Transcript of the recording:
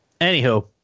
anywho